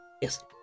Yes